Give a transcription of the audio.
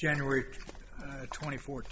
january twenty four